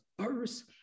First